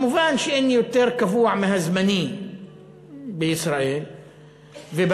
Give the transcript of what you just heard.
מובן שאין יותר קבוע מהזמני בישראל ובאזור